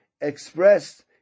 expressed